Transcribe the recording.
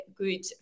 good